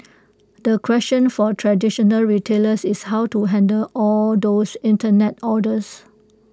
the question for traditional retailers is how to handle all those Internet orders